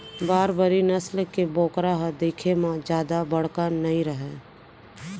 बारबरी नसल के बोकरा ह दिखे म जादा बड़का नइ रहय